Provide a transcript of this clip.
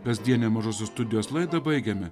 kasdienę mažosios studijos laidą baigiame